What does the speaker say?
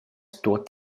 tuot